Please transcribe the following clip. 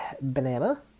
banana